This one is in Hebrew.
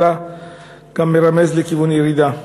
אלא גם מרמזים לכיוון ירידה.